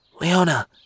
Leona